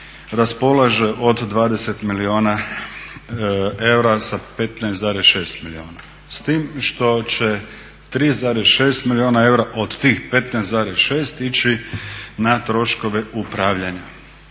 raspolaže od 20 milijuna eura sa 15,6 milijuna s tim što će 3,6 milijuna eura od tih 15,6 ići na troškove upravljanja.